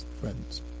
friends